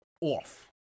off